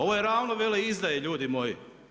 Ovo je ravno veleizdaji ljudi moji.